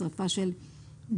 שריפה של גזירים,